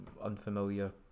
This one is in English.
unfamiliar